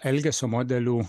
elgesio modelių